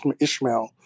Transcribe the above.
Ishmael